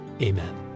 Amen